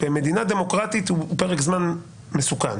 במדינה דמוקרטית זהו פרק זמן מסוכן.